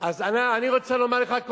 אז אני רוצה לומר לך,